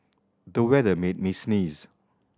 the weather made me sneeze